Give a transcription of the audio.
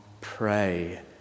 Pray